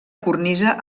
cornisa